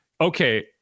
Okay